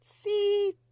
See